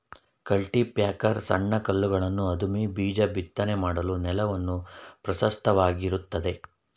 cultipacker ಸಣ್ಣ ಕಲ್ಲುಗಳನ್ನು ಅದುಮಿ ಬೀಜ ಬಿತ್ತನೆ ಮಾಡಲು ನೆಲವನ್ನು ಪ್ರಶಸ್ತವಾಗಿರುತ್ತದೆ